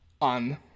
on